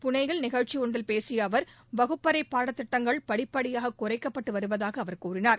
புனேயில் நிகழ்ச்சி ஒன்றில் பேசிய அவர் வகுப்பறை பாடத் திட்டங்கள் படிப்படியாக குறைக்கப்பட்டு வருவதாக அவர் கூறினார்